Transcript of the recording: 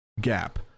gap